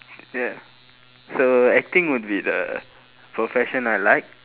yeah so acting would be the profession I like